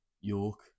York